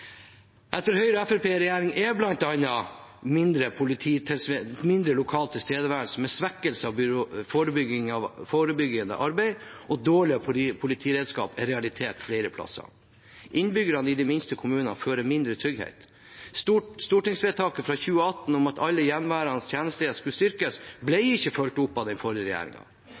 Etter Høyre og Fremskrittspartiet i regjering er bl.a. mindre lokal tilstedeværende med svekkelse av forebyggende arbeid og dårligere politiberedskap en realitet flere plasser. Innbyggerne i de minste kommunene føler mindre trygghet. Stortingsvedtaket fra 2018 om at alle gjenværende tjenestesteder skulle styrkes, ble ikke fulgt opp av den forrige